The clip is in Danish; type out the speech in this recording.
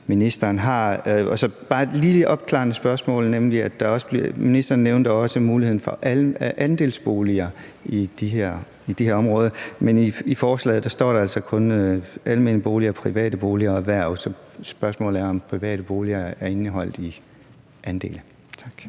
ministeren har? Og så har jeg bare et lille opklarende spørgsmål, for ministeren nævnte også muligheden for andelsboliger i de her områder, men i forslaget står der altså kun almene boliger og private boliger og erhverv, så spørgsmålet er, om private boliger er indeholdt i andele. Tak.